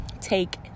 Take